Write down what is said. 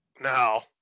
No